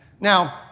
Now